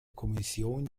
kommission